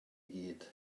gyd